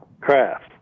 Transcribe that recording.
craft